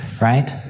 right